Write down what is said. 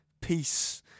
peace